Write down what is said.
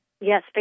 Yes